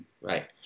Right